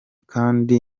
kandi